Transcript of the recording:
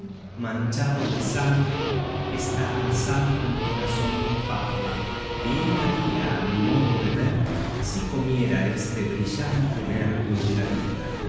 manchado de sangre está asando el corazon de fafner bien haria á mi modo de ver si comiera este brillante nervio de la vida